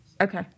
Okay